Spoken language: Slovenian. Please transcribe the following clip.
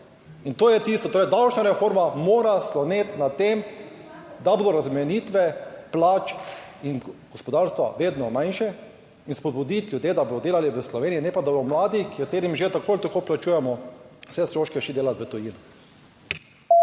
in to je tisto. Torej davčna reforma mora sloneti na tem, da bodo razbremenitve plač in gospodarstva vedno manjše in spodbuditi ljudi, da bodo delali v Sloveniji, ne pa, da bodo mladi, katerim že tako ali tako plačujemo vse stroške, šli delat v tujino.